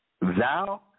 Thou